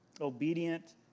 Obedient